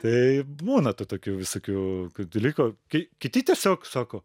tai būna tų tokių visokių dalykų kai kiti tiesiog sako